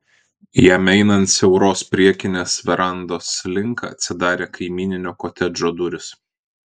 jam einant siauros priekinės verandos link atsidarė kaimyninio kotedžo durys